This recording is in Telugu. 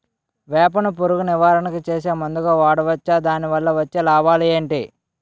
వేప ను పురుగు నివారణ చేసే మందుగా వాడవచ్చా? దాని వల్ల వచ్చే లాభాలు ఏంటి?